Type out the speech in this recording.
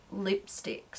lipsticks